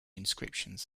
inscriptions